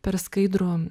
per skaidrų